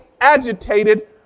agitated